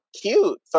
cute